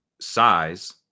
size